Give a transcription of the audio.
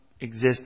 exist